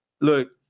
Look